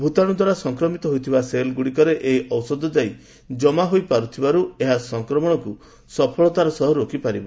ଭୂତାଣୁ ଦ୍ୱାରା ସଂକ୍ରମିତ ହୋଇଥିବା ସେଲ୍ ଗୁଡ଼ିକରେ ଏହି ଔଷଧ ଯାଇ କମା ହୋଇପାରୁଥିବାରୁ ଏହା ସଂକ୍ରମଣକୁ ସଫଳତାର ସହ ରୋକି ପାରିବ